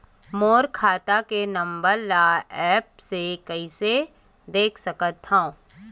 मोर खाता के नंबर ल एप्प से कइसे देख सकत हव?